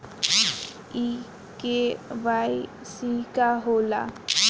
इ के.वाइ.सी का हो ला?